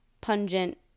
pungent